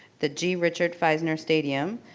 the g. richard feisner stadium,